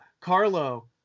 Carlo